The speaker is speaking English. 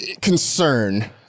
concern